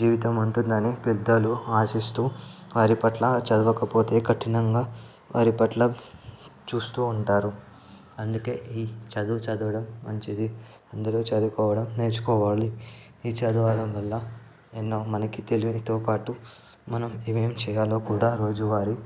జీవితం ఉంటుందని పెద్దలు ఆశిస్తూ వారి పట్ల చదవకపోతే కఠినంగా వారి పట్ల చూస్తూ ఉంటారు అందుకే ఈ చదువు చదవడం మంచిది అందులో చదువుకోవడం నేర్చుకోవాలి ఈ చదవడం వల్ల ఎన్నో మనకు తెలివితో పాటు మనం ఏమేం చేయాలో కూడా రోజు వారి